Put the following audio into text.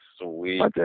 sweet